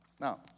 Now